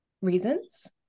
reasons